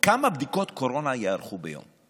כמה בדיקות קורונה ייערכו ביום?